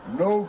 no